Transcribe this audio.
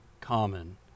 common